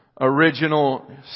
Original